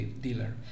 dealer